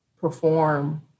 perform